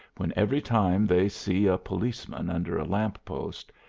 when every time they see a policeman under a lamp-post,